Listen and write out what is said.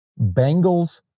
Bengals